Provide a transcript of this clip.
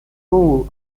full